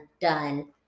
done